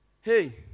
hey